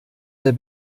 der